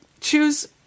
choose